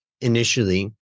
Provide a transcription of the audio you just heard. initially